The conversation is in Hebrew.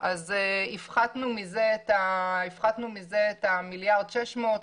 אז הפחתנו מזה את ה-1.6 מיליארד.